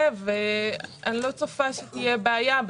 אני לא צופה שתהיה בעיה.